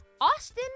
Austin